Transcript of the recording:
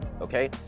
Okay